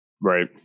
right